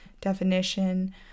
definition